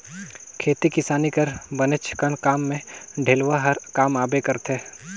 खेती किसानी कर बनेचकन काम मे डेलवा हर काम आबे करथे